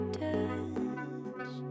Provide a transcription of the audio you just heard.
touch